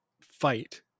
fight